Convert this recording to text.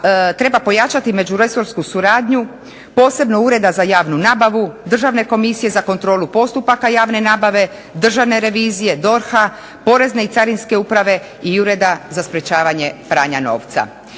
treba pojačati međuresorsku suradnju posebno Ureda za javnu nabavu, Državne komisije za kontrolu postupaka javne nabave, Državne revizije, DORH-a, Porezne i Carinske uprave i Ureda za sprječavanje pranja novca.